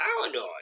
paranoid